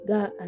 God